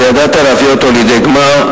וידעת להביא אותו לידי גמר.